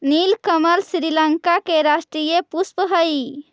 नीलकमल श्रीलंका के राष्ट्रीय पुष्प हइ